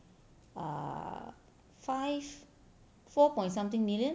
err five four point something million